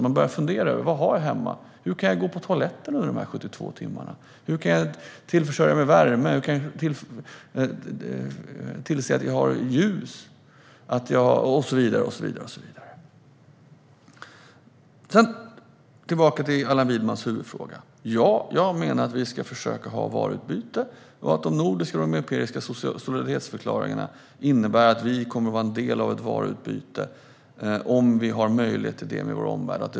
Man måste fundera över vad man har hemma, hur man kan gå på toaletten under de 72 timmarna, hur man ordnar värmeförsörjning, hur man ser till att det finns ljus och så vidare. Låt mig komma tillbaka till Allan Widmans huvudfråga. Ja, jag menar att vi ska försöka ha varuutbyte och att de nordiska och europeiska solidaritetsförklaringarna innebär att vi kommer att vara en del av ett varuutbyte med vår omvärld om vi har möjlighet till det.